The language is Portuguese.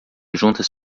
juntas